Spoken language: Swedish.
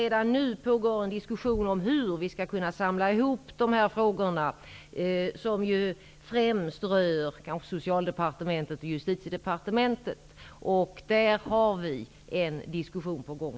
Redan nu pågår emellertid en diskussion om hur vi skall kunna samla de här frågorna som kanske främst rör Socialdepartementet och Justitiedepartementet. Vi har redan en diskussion på gång.